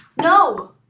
no!